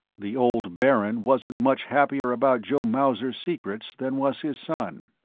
the old baron wasn't much happier about joe mauser's secrets than was his son.